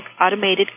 Automated